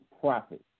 profit